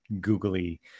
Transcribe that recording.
googly